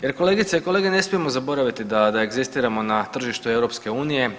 Jer kolegice i kolege ne smijemo zaboraviti da, da egzistiramo na tržištu EU.